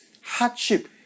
hardship